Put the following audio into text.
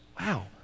Wow